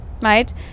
right